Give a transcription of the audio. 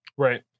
Right